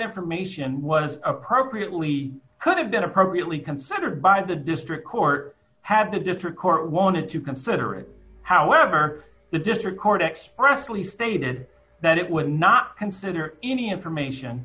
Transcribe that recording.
information was appropriately could have been appropriately considered by the district court have the district court wanted to consider it however the district court expressly stated that it would not consider any information